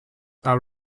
are